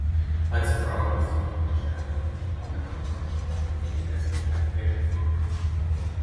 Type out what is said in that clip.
atsitraukusi nuo darželio nuotaka prašo motiną įvesti ją pirkion